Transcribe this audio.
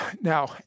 Now